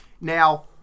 Now